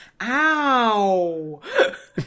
ow